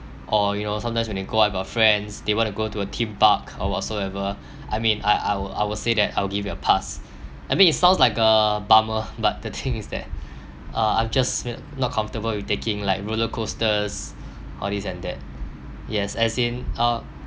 or you know sometimes when we go out with our friends they want to go to a theme park or whatsoever I mean I I will I will say that I'll give it a pass I mean it sounds like a bummer but the thing is that uh I'm just not comfortable with taking like roller coasters all this and that yes as in uh